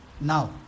Now